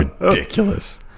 Ridiculous